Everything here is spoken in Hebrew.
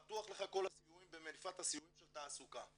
פתוחים לך כל הסיועים במניפת הסיועים של תעסוקה.